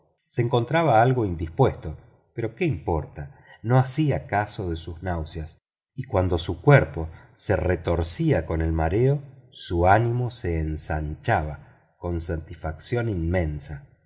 se encontraba algo indispuesto pero qué importa no hacía caso de sus náuseas y cuando su cuerpo se retorcía por el mareo su ánimo se ensanchaba con satisfacción inmensa